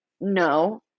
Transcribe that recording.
No